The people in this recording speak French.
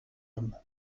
homme